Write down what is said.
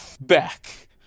back